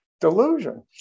delusion